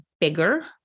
bigger